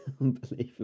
Unbelievable